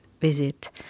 visit